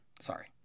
Sorry